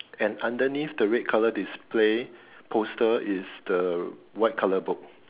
and underneath the red colour display poster is the white colour book